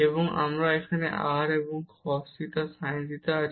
এবং আমাদের এখানে r এবং cos theta sin theta পরে থাকবে